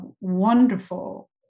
wonderful